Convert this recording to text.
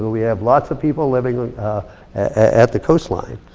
we have lots of people living at the coastline.